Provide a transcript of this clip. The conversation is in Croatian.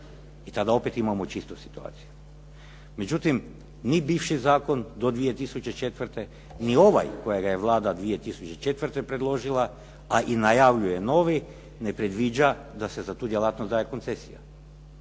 I tada opet imamo čistu situaciju. Međutim, ni bivši zakon do 2004. ni ovaj koje ga je Vlada 2004. predložila, a i najavljuje novi ne predviđa da se za tu djelatnost daje koncesija.